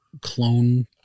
clone